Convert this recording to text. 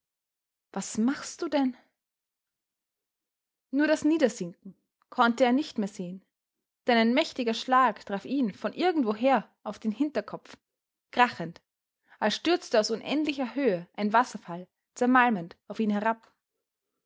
was machst du denn nur das niedersinken konnte er nicht mehr sehen denn ein mächtiger schlag traf ihn von irgendwoher auf den hinterkopf krachend als stürzte aus unendlicher höhe ein wasserfall zermalmend auf ihn herab